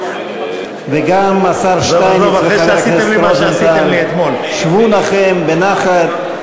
וגם השר שטייניץ וחבר הכנסת רוזנטל, שבו לכם בנחת.